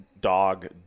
dog